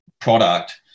product